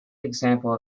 example